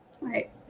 Right